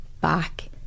back